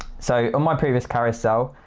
so on my previous carousel,